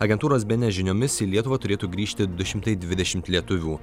agentūros bns žiniomis į lietuvą turėtų grįžti du šimtai dvidešimt lietuvių